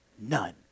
none